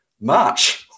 March